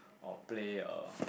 or play uh